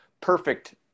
perfect